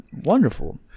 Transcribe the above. Wonderful